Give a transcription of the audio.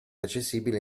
accessibile